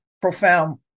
profound